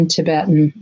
Tibetan